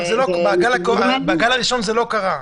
אבל בגל הראשון זה לא היה.